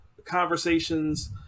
conversations